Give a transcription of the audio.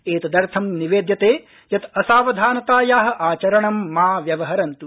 एतदर्थं निवेद्यते यत् असावधानताया आचरणं मा व्यवहरन्तु